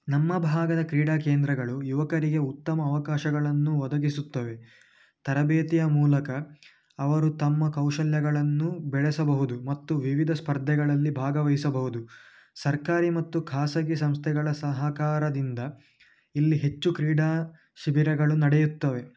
ನಮ್ಮ ಭಾಗದ ಕ್ರೀಡಾ ಕೇಂದ್ರಗಳು ಯುವಕರಿಗೆ ಉತ್ತಮ ಅವಕಾಶಗಳನ್ನು ಒದಗಿಸುತ್ತವೆ ತರಬೇತಿಯ ಮೂಲಕ ಅವರು ತಮ್ಮ ಕೌಶಲ್ಯಗಳನ್ನು ಬೆಳೆಸಬಹುದು ಮತ್ತು ವಿವಿಧ ಸ್ಫರ್ಧೆಗಳಲ್ಲಿ ಭಾಗವಹಿಸಬಹುದು ಸರ್ಕಾರಿ ಮತ್ತು ಖಾಸಗಿ ಸಂಸ್ಥೆಗಳ ಸಹಕಾರದಿಂದ ಇಲ್ಲಿ ಹೆಚ್ಚು ಕ್ರೀಡಾ ಶಿಬಿರಗಳು ನಡೆಯುತ್ತವೆ